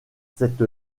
cette